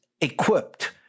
equipped